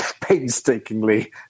painstakingly